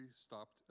stopped